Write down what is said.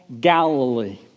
Galilee